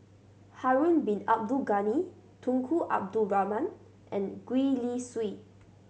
Harun Bin Abdul Ghani Tunku Abdul Rahman and Gwee Li Sui